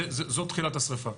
זו תחילת השריפה.